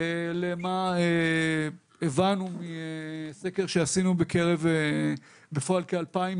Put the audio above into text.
למה הבנו מסקר שעשינו בקרב בפועל כ-2,000